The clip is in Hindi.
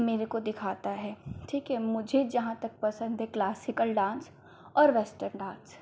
मुझको दिखाता है ठीक है मुझे जहाँ तक पसन्द है क्लासिकल डान्स और वेस्टर्न डान्स